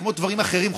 כמו דברים אחרים,